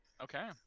Okay